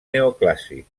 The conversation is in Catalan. neoclàssic